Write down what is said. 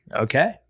Okay